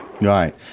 Right